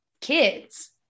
kids